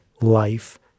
life